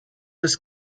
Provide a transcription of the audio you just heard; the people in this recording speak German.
des